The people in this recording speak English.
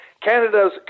canada's